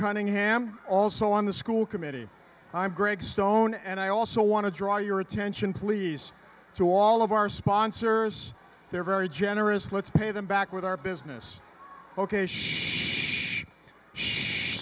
cunningham also on the school committee i'm greg stone and i also want to draw your attention please to all of our sponsors they're very generous let's pay them back with our business ok